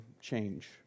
change